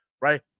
Right